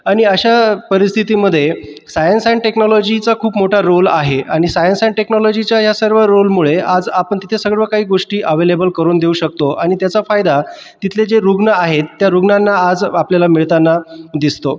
आणि अशा परिस्थितीमध्ये सायन्स अँड टेक्नॉलॉजीचा खूप मोठा रोल आहे आणि सायन्स अँड टेक्नॉलॉजीच्या या सर्व रोलमुळे आज आपण तिथे सर्व काही गोष्टी अव्हेलेबल करून देऊ शकतो आणि त्याचा फायदा तिथले जे रुग्ण आहेत त्या रुग्णांना आज आपल्याला मिळताना दिसतो